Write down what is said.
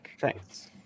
Thanks